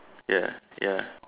ya ya